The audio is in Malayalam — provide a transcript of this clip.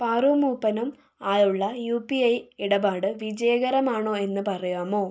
പാറു മൂപ്പനും ആയുള്ള യു പി ഐ ഇടപാട് വിജയകരമാണോ എന്ന് പറയാമോ